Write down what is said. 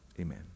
amen